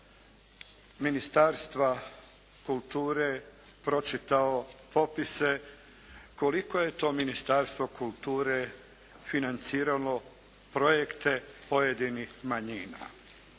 Ministarstva kulture pročitao popise koliko je to Ministarstvo kulture financiralo projekte pojedinih manjina.